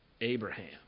Abraham